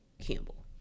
Campbell